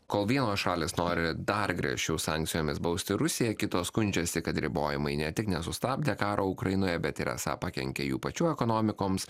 kol vienos šalys nori dar griežčiau sankcijomis bausti rusiją kitos skundžiasi kad ribojimai ne tik nesustabdė karo ukrainoje bet ir esą pakenkė jų pačių ekonomikoms